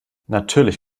natürlich